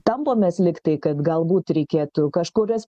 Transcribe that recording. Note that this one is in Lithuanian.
tampomės lyg tai kad galbūt reikėtų kažkurias